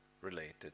related